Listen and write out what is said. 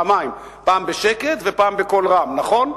מתפללים פעמיים, פעם בשקט ופעם בקול רם, נכון?